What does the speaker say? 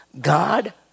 God